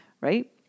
right